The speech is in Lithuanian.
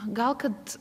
gal kad